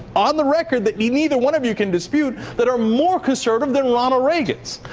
on the record, that neither one of you can dispute, that are more conservative than ronald reagan's.